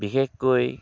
বিশেষকৈ